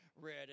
read